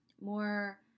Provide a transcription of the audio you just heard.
more